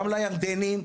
גם לירדנים,